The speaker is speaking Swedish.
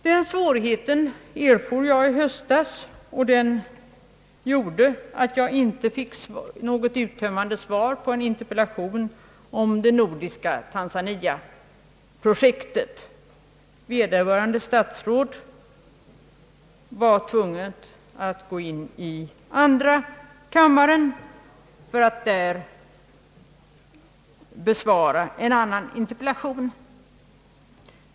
Den svårigheten fick jag känning av i höstas, då jag inte fick något uttömmande svar på en interpellation om det nordiska tanzaniaprojektet. Vederbörande statsråd var då tvungen att gå in till andra kammaren för att där besvara en annan interpellation.